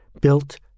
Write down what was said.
built